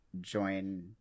join